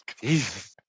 Jesus